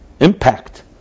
impact